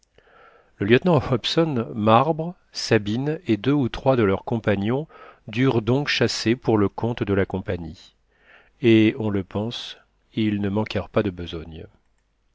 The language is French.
le lieutenant hobson marbre sabine et deux ou trois de leurs compagnons durent donc chasser pour le compte de la compagnie et on le pense ils ne manquèrent pas de besogne